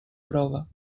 prova